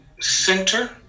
center